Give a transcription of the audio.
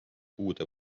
uude